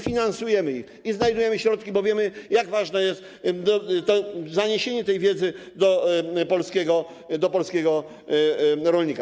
Finansujemy je i znajdujemy środki, bo wiemy, jak ważne jest zaniesienie tej wiedzy do polskiego rolnika.